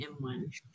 M1